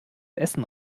essen